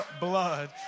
blood